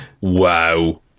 Wow